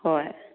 ꯍꯣꯏ